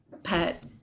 pet